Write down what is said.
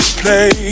play